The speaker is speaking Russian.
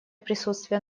присутствие